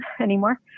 anymore